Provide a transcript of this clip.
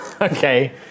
Okay